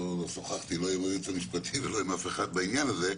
לא שוחחתי לא עם היועץ המשפטי ולא עם אף אחד בעניין הזה,